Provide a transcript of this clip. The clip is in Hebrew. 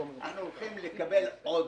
אלא אנחנו הולכים לקבל עודף.